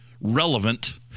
relevant